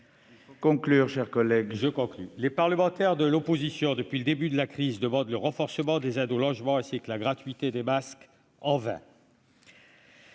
Il faut conclure, mon cher collègue. Les parlementaires de l'opposition, depuis le début de la crise, demandent le renforcement des aides au logement, ainsi que la gratuité des masques : en vain